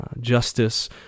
justice